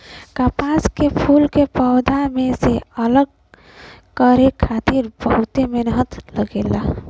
कपास के फूल के पौधा में से अलग करे खातिर बहुते मेहनत लगेला